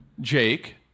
Jake